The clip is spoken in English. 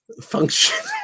function